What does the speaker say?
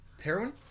heroin